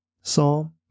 Psalm